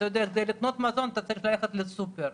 כדי לקנות מזון אתה צריך ללכת לסופר.